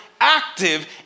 active